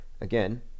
Again